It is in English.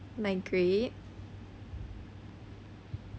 migrate